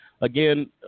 again